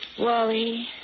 Wally